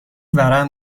ورم